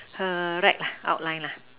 correct lah outline lah